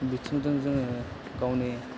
बिथिंजों जोङो गावनि